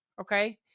okay